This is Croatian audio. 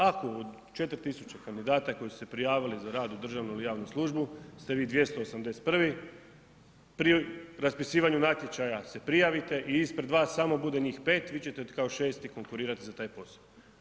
Ako od 4000 kandidata koji su se prijavili za rad u državnu ili javnu službu ste vi 281, pri raspisivanju natječaja se prijavite i ispred vas samo bude njih 5, vi ćete kao 6-ti konkurirati za taj posao.